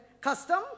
custom